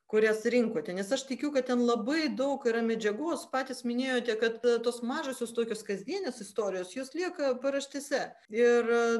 kurias rinkote nes aš tikiu kad ten labai daug yra medžiagos patys minėjote kad tos mažosios tokios kasdienės istorijos jos lieka paraštėse ir